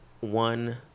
one